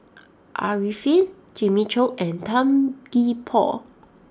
Arifin Jimmy Chok and Tan Gee Paw